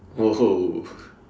!whoa!